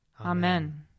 Amen